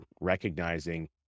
recognizing